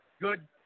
good